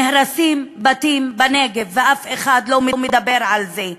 נהרסים בתים בנגב ואף אחד לא מדבר על זה,